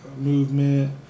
movement